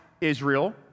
Israel